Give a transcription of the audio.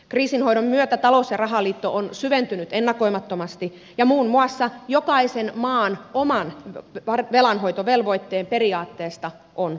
kriisinhoidon myötä talous ja rahaliitto on syventynyt ennakoimattomasti ja muun muassa jokaisen maan oman velanhoitovelvoitteen periaatteesta on luovuttu